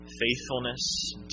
faithfulness